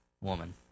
woman